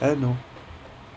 I don't know